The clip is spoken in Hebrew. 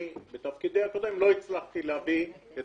אני בתפקידי הקודם לא הצלחתי להביא את